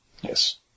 Yes